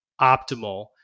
optimal